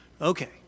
Okay